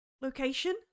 location